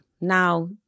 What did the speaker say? Now